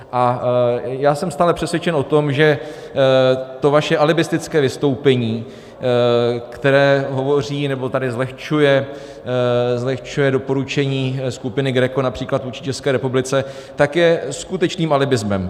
A já jsem stále přesvědčen o tom, že to vaše alibistické vystoupení, které hovoří, nebo tady zlehčuje doporučení skupiny GRECO například vůči České republice, je skutečným alibismem.